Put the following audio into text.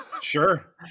Sure